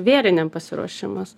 vėlinėm pasiruošimas